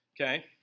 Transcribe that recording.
okay